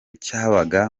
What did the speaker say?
cyabaga